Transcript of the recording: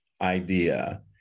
idea